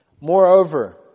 Moreover